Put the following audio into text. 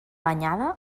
anyada